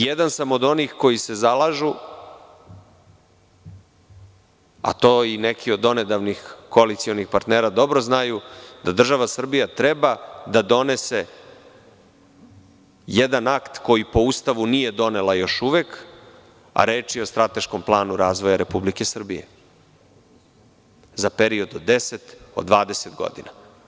Jedan sam od onih koji se zalažu, a to i neki od donedavnih koalicionih partnera dobro znaju da država Srbija treba da donese jedan akt koji po Ustavu još uvek nije donela, a reč je o strateškom planu razvoja Republike Srbije za period od 10 do 20 godina.